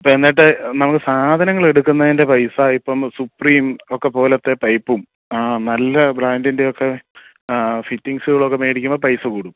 എന്നിട്ട് നമ്മൾ സാധങ്ങളെടുക്കുന്നതിൻ്റെ പൈസ ഇപ്പം സുപ്രീം ഒക്കെ പോലെത്തെ പൈപ്പും നല്ല ബ്രാന്ഡിൻ്റെയൊക്കെ ഫിറ്റിങ്സുകളൊക്കെ വേടിക്കുമ്പോൾ പൈസ കൂടും